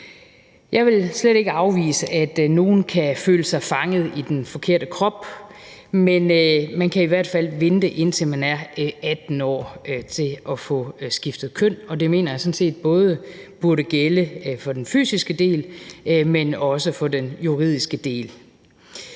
Jeg vil slet ikke afvise, at nogle kan føle sig fanget i den forkerte krop, men man kan i hvert fald vente, indtil man er 18 år, med at få skiftet køn, og det mener jeg sådan set både burde gælde for den fysiske del, men også for den juridiske del.